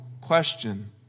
question